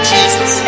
Jesus